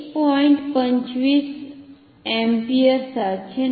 25 अँपिअरसारखे नाही